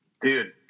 Dude